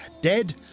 dead